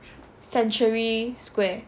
century square